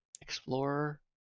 explorer